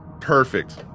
Perfect